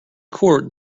court